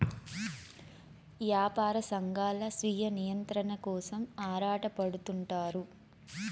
యాపార సంఘాలు స్వీయ నియంత్రణ కోసం ఆరాటపడుతుంటారు